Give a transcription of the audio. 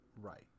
right